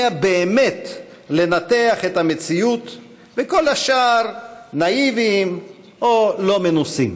באמת לנתח את המציאות וכל השאר נאיביים או לא מנוסים.